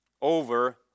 over